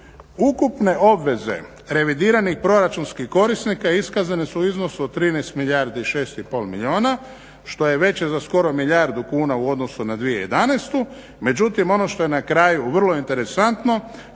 ukupne obveze revidiranih proračunskih korisnika iskazane su u iznosu od 13 milijardi i 6,5 milijuna što je veće za skoro milijardu kuna u odnosu na 2011., međutim ono što je na kraju vrlo interesantno,